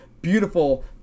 beautiful